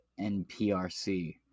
NPRC